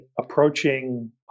approaching